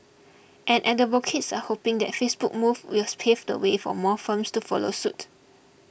and advocates are hoping that Facebook move will pave the way for more firms to follow suit